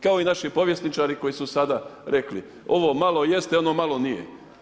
Kao i naši povjesničari koji su sada rekli, ovo malo jeste, ono malo nije.